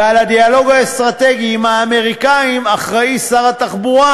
ולדיאלוג האסטרטגי עם האמריקנים אחראי שר התחבורה,